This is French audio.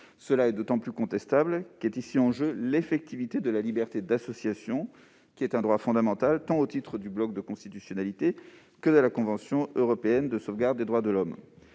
Cela est d'autant plus contestable qu'est ici en jeu l'effectivité de la liberté d'association, droit fondamental tant au titre du bloc de constitutionnalité que de la Convention européenne de sauvegarde des droits de l'homme